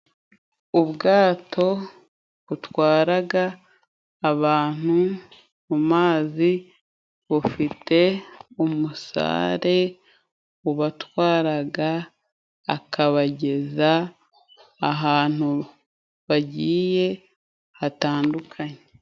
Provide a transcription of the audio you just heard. Ubwato butwaraga abantu mu mazi, bufite umusare ubatwaraga, akabageza ahantu bagiye hatandukanye.